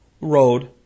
road